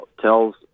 tells